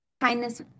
kindness